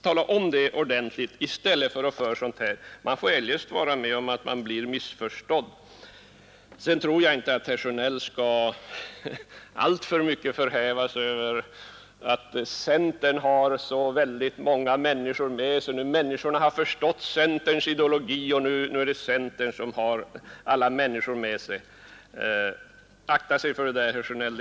Tala om det i stället, ty annars får ni finna er i att bli missförstådda. Jag tycker heller inte att herr Sjönell skall förhäva sig över att centern har så många människor med sig nu, människor som har förstått centerns ideologi och som därför följer centern. Akta Er för det, herr Sjönell!